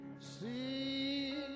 see